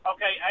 Okay